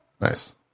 Nice